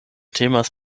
temas